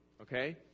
Okay